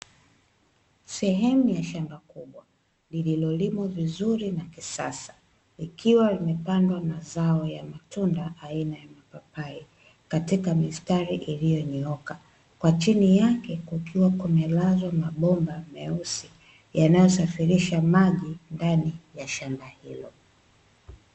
Sehemu ya shamba kubwa lililolimwa vizuri na kisasa, ikiwa imepandwa mazao ya matunda aina ya mapapai katika mistari iliyo nyooka, kwa chini yake kukiwa kumelazwa mabomba meusi yanayo safirisha maji ndani ya shamba hilo.